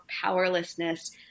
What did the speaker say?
powerlessness